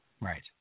right